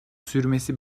sürmesi